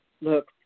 look